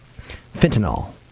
Fentanyl